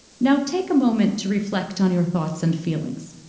now, take a moment to reflect on your thoughts and feelings.